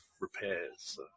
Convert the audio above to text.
repairs